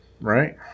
right